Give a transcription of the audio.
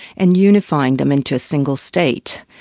and unifying them into a single state.